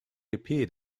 appeared